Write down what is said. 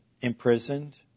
imprisoned